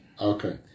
Okay